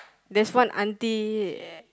there's one auntie uh